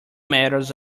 meters